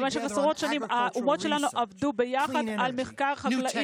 במשך עשרות שנים האומות שלנו עבדו יחד על מחקר חקלאי,